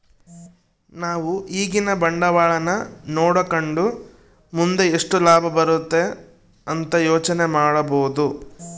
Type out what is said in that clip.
ನಾವು ಈಗಿನ ಬಂಡವಾಳನ ನೋಡಕಂಡು ಮುಂದೆ ಎಷ್ಟು ಲಾಭ ಬರುತೆ ಅಂತ ಯೋಚನೆ ಮಾಡಬೋದು